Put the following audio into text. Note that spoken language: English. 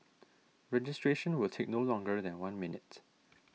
registration will take no longer than one minute